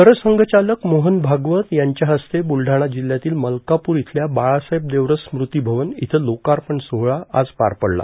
सरसंघचालक मोहन भागवत यांच्या हस्ते ब्रुलढाणा जिल्ह्यातील मलकापूर इथल्या बाळासाहेब देवरस स्मृती भवन इथं लोकार्पण सोहळा आज पार पडला